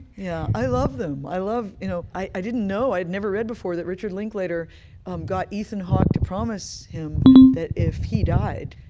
yeah i love them. i love you know i i didn't know i'd never read before that richard linklater um got ethan hawke to promise him that if he died,